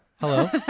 Hello